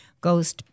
Goes